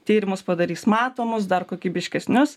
tyrimus padarys matomus dar kokybiškesnius